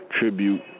tribute